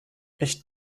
ich